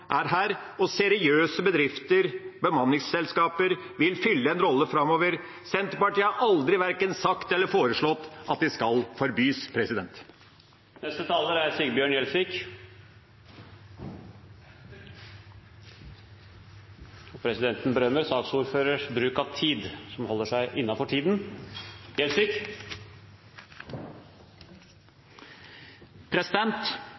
og seriøse bedrifter og bemanningsselskaper vil fylle en rolle framover. Senterpartiet har aldri verken sagt eller foreslått at de skal forbys.